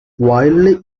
wildly